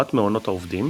צורת מעונות העובדים,